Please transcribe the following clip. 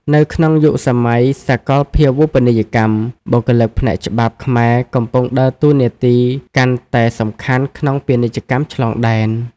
នៅក្នុងយុគសម័យសាកលភាវូបនីយកម្ម បុគ្គលិកផ្នែកច្បាប់ខ្មែរកំពុងដើរតួនាទីកាន់តែសំខាន់ក្នុងពាណិជ្ជកម្មឆ្លងដែន។